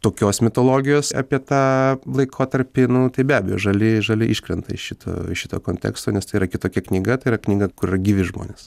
tokios mitologijos apie tą laikotarpį nu tai be abejo žali žali iškrenta iš šito iš šito konteksto nes tai yra kitokia knyga tai yra knyga kur yra gyvi žmonės